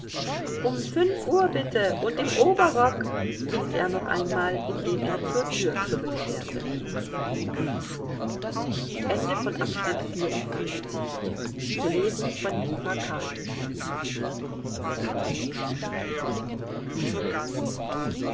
um fünf uhr bitte und im oberrock rief er noch einmal indem er zur tür zurückkehrte